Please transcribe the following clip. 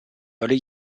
early